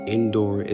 Indoor